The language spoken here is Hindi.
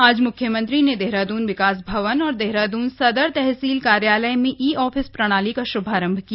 आज म्ख्यमंत्री ने देहरादून विकास भवन और देहरादून सदर तहसील कार्यालय में ई ऑफिस प्रणाली का श्भारम्भ किया